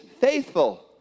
faithful